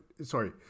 sorry